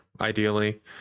ideally